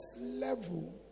level